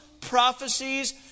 prophecies